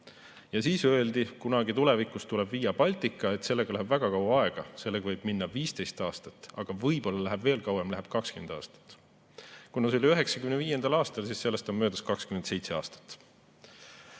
Siis öeldi, et kunagi tulevikus tuleb Via Baltica, sellega läheb väga kaua aega, sellega võib minna 15 aastat, aga võib-olla läheb veel kauem, läheb 20 aastat. Kuna see oli 1995. aastal, siis sellest on möödas 27 aastat.